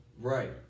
Right